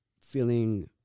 feeling